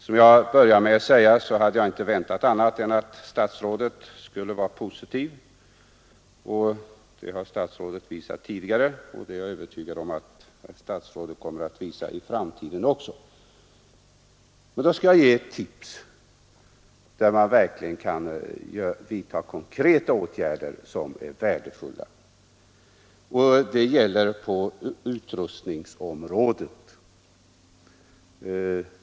Som jag började med att säga hade jag inte väntat annat än att statsrådet skulle vara positiv; det har statsrådet visat sig vara tidigare, och det är jag övertygad om att statsrådet kommer att vara i framtiden också. Men då skall jag ge ett tips på ett område där herr statsrådet verkligen kan vidta konkreta åtgärder som är värdefulla, nämligen utrustningsområdet.